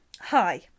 Hi